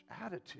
attitude